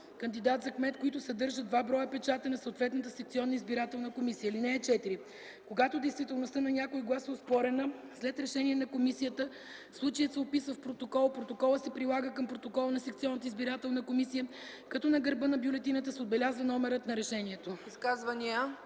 кандидат за кмет, които съдържат два броя печата на съответната секционна избирателна комисия. (4) Когато действителността на някой глас е оспорена, след решение на комисията случаят се описва в протокол. Протоколът се прилага към протокола на секционната избирателна комисия, като на гърба на бюлетината се отбелязва номерът на решението.”